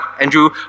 Andrew